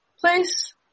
place